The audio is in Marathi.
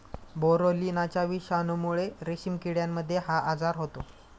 बोरोलिनाच्या विषाणूमुळे रेशीम किड्यांमध्ये हा आजार होतो